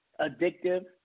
addictive